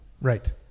Right